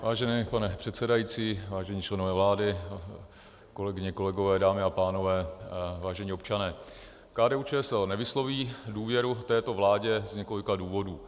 Vážený pane předsedající, vážení členové vlády, kolegyně, kolegové, dámy a pánové, vážení občané, KDUČSL nevysloví důvěru této vládě z několika důvodů.